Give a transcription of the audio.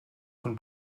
von